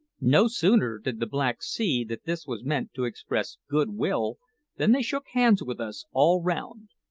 no sooner did the blacks see that this was meant to express good-will than they shook hands with us all round.